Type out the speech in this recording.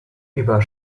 über